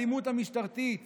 האלימות המשטרתית